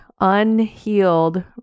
unhealed